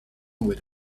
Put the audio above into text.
with